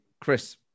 Chris